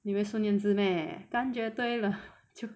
你以为孙燕姿咩感觉对了就